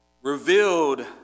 Revealed